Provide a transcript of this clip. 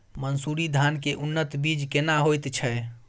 मन्सूरी धान के उन्नत बीज केना होयत छै?